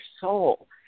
soul